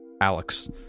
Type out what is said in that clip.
Alex